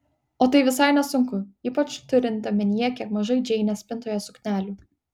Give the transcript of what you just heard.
o tai visai nesunku ypač turint omenyje kiek mažai džeinės spintoje suknelių